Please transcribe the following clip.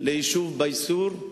ליישוב בייסור,